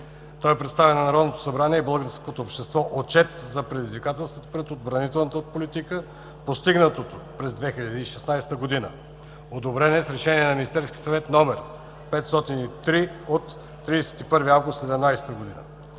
Той представя на Народното събрание и българското общество отчет за предизвикателствата пред отбранителната политика, постигнатото през 2016 г. Одобрен е с Решение на Министерския съвет № 503 от 31 август 2017 г.